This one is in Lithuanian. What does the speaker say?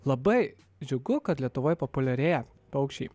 labai džiugu kad lietuvoj populiarėja paukščiai